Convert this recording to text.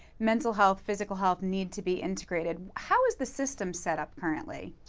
mental health, physical health need to be integrated. how is the system set up currently?